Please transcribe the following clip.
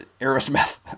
Aerosmith